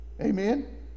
Amen